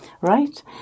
right